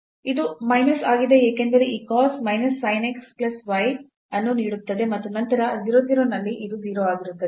ಅದು ಮೈನಸ್ ಆಗಿದೆ ಏಕೆಂದರೆ ಈ cos minus sin x plus y ಅನ್ನು ನೀಡುತ್ತದೆ ಮತ್ತು ನಂತರ 0 0 ನಲ್ಲಿ ಇದು 0 ಆಗಿರುತ್ತದೆ